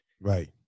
Right